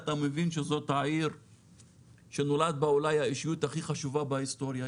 אתה מבין שנולדה בה אולי האישיות הכי חשובה בהיסטוריה,